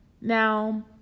Now